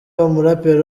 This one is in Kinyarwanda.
umuraperi